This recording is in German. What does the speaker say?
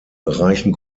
reichen